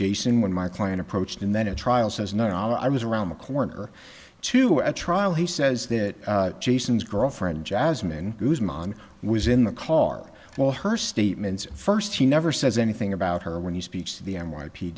jason when my client approached and then a trial says no i was around the corner to a trial he says that jason's girlfriend jasmine guzman was in the car while her statements first he never says anything about her when he speaks to the n y p